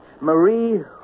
Marie